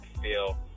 feel